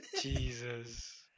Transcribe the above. jesus